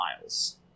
miles